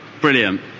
Brilliant